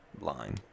line